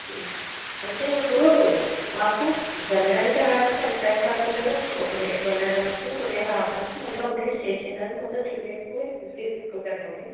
అంటే ఇప్పుడు మాకు వెళ్ళడానికి రావడానికి ఎంత టైం పడుతుంది అండి ఒక డే వెళ్లడానికి ఒక డే రావడానికి మళ్ళీ ఒక డే స్టే చేయడానికి మొత్తం త్రీ డేస్కి మీరు సిక్స్టీ తీసుకుంటారా అండి